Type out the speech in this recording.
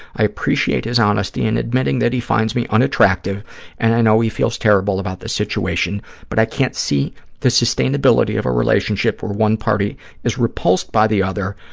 i appreciate his honesty in admitting that he finds me unattractive and i know he feels terrible about the situation, but i can't see the sustainability of a relationship where one party is repulsed by the other,